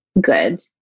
good